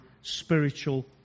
spiritual